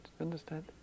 Understand